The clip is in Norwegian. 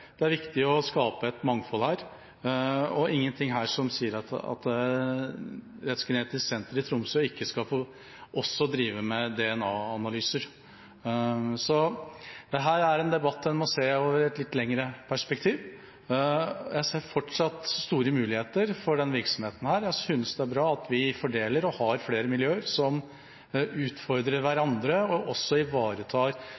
Det er viktig å skape et mangfold, og det er ingenting her som sier at Rettsgenetisk senter i Tromsø ikke også skal få drive med DNA-analyser. Dette er en debatt en må se over et litt lengre perspektiv. Jeg ser fortsatt store muligheter for denne virksomheten. Jeg synes det er bra at vi fordeler og har flere miljøer som utfordrer